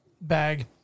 bag